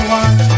one